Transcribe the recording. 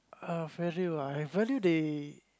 uh value ah I value they